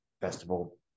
festival